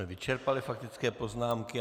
Vyčerpali jsme faktické poznámky.